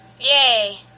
Yay